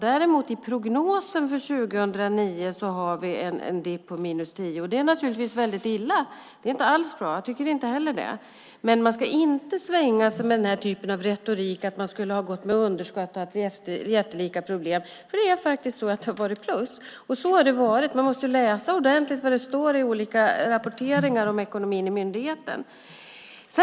Däremot har vi i prognosen för 2009 en dipp, ett minus på 10 miljoner, vilket naturligtvis är väldigt illa. Inte heller jag tycker att det är bra. Men man ska inte svänga sig med retorik om att det varit underskott och jättelika problem. Det har faktiskt varit plus. Man måste läsa ordentligt vad som står i olika rapporter om ekonomin i myndigheten.